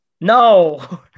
No